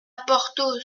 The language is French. porthos